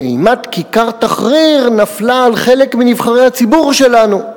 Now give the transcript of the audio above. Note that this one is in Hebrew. אימת כיכר תחריר נפלה על חלק מנבחרי הציבור שלנו,